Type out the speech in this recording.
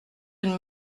une